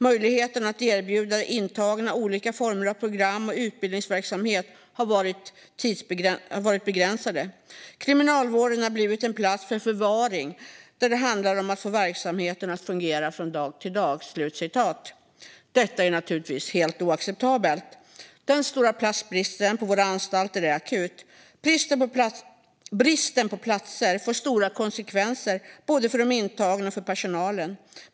Möjligheterna att erbjuda de intagna olika former av program och utbildningsverksamhet har varit begränsade. Kriminalvården har blivit en plats för förvaring där det handlar om att få verksamheten att fungera från dag till dag." Detta är naturligtvis helt oacceptabelt. Den stora platsbristen på våra anstalter är akut. Bristen på platser får stora konsekvenser både för de intagna och för personalen.